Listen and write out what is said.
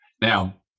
now